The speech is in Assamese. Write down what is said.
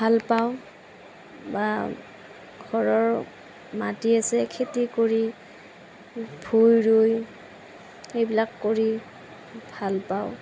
ভাল পাওঁ বা ঘৰৰ মাটি আছে খেতি কৰি ভূই ৰুই সেইবিলাক কৰি ভালপাওঁ